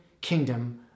kingdom